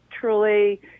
truly